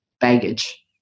baggage